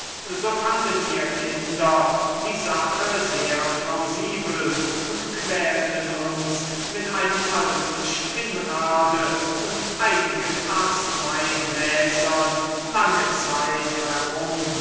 so fanden wir kinder die sache sehr plausibel und quälten uns mit einem alten spinnrade und einigen arzneigläsern lange zeit herum